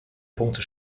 punkte